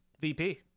VP